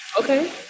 Okay